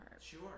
Sure